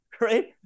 right